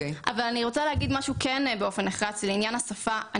אני רוצה להגיד משהו באופן נחרץ לעניין השפה.